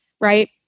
right